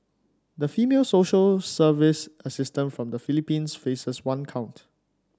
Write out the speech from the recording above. the female social service assistant from the Philippines faces one count